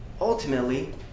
ultimately